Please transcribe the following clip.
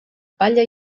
palla